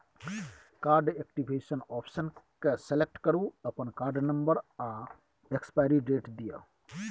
card activation option केँ select करु अपन कार्ड नंबर आ एक्सपाइरी डेट दए